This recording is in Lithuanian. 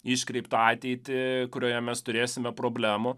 iškreiptą ateitį kurioje mes turėsime problemų